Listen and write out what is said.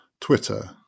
Twitter